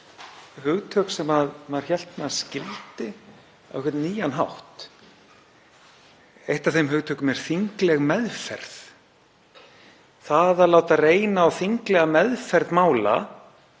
hugtök sem maður hélt að maður skildi á einhvern nýjan hátt. Eitt af þeim hugtökum er þingleg meðferð. Það að láta reyna á þinglega meðferð mála